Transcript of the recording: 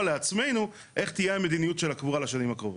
לעצמנו איך תהיה המדיניות של הקבורה לשנים הקרובות.